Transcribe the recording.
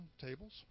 tables